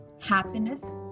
happiness